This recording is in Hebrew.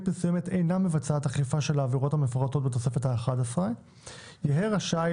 מסוימת אינה מבצעת אכיפה של העבירות המפורטות בתוספת האחת עשרה יהיה רשאי